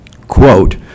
quote